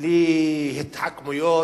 בלי התחכמויות,